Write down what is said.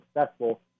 successful